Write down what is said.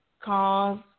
cause